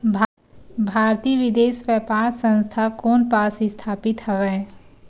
भारतीय विदेश व्यापार संस्था कोन पास स्थापित हवएं?